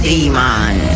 Demon